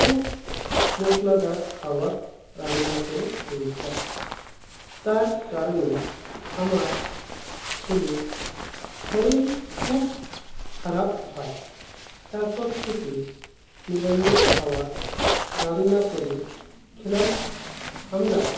খুব মশলাদার খাবার রান্না করে খেয়েছিলাম তার কারণে আমার ছেলের শরীর খুব খারাপ হয় তারপর থেকে নিরামিষ খাবার রান্না করে খেলাম আমরা